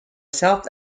south